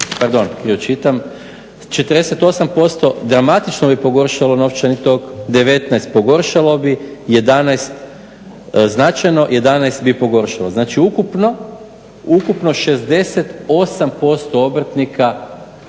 48% dramatično bi pogoršalo novčani tok, 19% pogoršalo bi značajno, 11% bi pogoršalo. Znači, ukupno 68% obrtnika